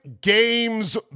games